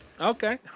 Okay